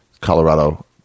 Colorado